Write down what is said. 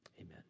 Amen